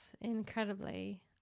incredibly